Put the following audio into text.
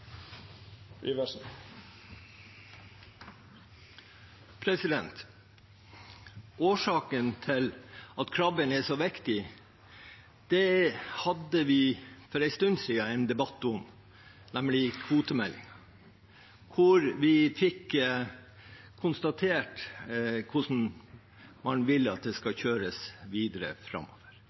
forslagsstillerne. Årsaken til at krabben er så viktig, hadde vi for en stund siden en debatt om, nemlig i forbindelse med kvotemeldingen, da vi fikk konstatert hvordan man vil at det skal kjøres videre framover.